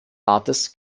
rates